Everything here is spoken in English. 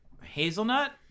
hazelnut